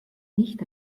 nicht